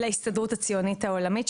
להסתדרות הציונית העולמית,